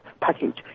package